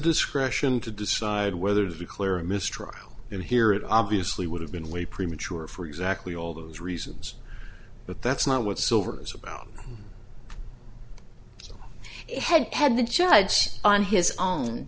discretion to decide whether to declare a mistrial then here it obviously would have been way premature for exactly all those reasons but that's not what silver's about it had had the judge on his own